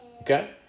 okay